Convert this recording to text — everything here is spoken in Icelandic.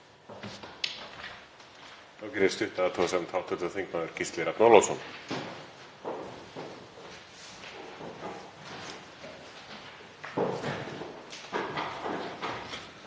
forseti. Við megum ekki gleyma af hverju við skoðum bifreiðar. Það er til þess að tryggja öryggi